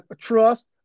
trust